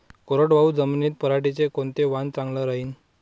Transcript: कोरडवाहू जमीनीत पऱ्हाटीचं कोनतं वान चांगलं रायीन?